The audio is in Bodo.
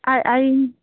आय आय